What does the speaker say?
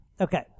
Okay